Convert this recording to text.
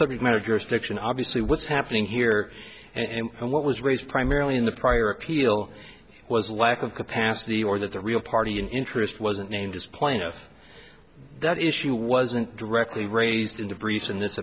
subject matter jurisdiction obviously what's happening here and what was raised primarily in the prior appeal was lack of capacity or that the real party in interest wasn't named as plaintiff that issue wasn't directly raised in the briefs in